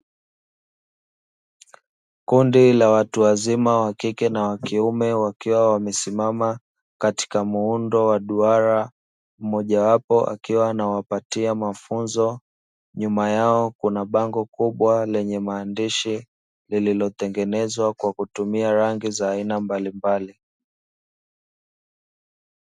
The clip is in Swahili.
Kundi la watu wazima wa kike na wa kiume wakiwa wamesimama katika muundo wa duara, mmojawapo akiwa anawapatia mafunzo. Nyuma yao kuna bango kubwa lenye maandishi lililotengenezwa kwa kutumia rangi za aina mbalimbali.